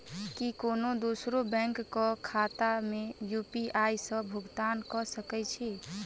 की कोनो दोसरो बैंक कऽ खाता मे यु.पी.आई सऽ भुगतान कऽ सकय छी?